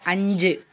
അഞ്ച്